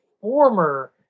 former